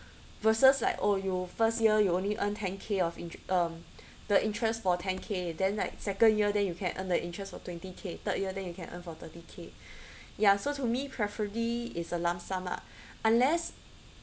versus like oh your first year you only earn ten K of in~ um the interest for ten K then like second year then you can earn the interest of twenty K third year then you can earn from thirty K ya so to me preferably is a lump sum lah unless